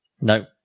No